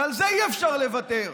ועל זה אי-אפשר לוותר,